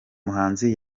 muhanzi